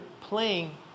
playing